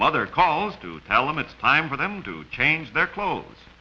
mother calls to tell him it's time for them to change their clo